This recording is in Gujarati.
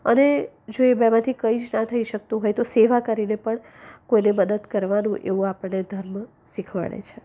અને જો એ બેમાંથી કંઈ જ ના થઈ શકતું હોય તો સેવા કરીને પણ કોઈને મદદ કરવાનું એવું આપણને ધર્મ શીખવાડે છે